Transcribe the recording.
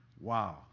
Wow